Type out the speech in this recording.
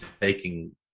taking